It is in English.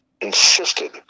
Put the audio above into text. insisted